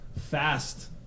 fast